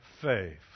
faith